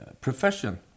Profession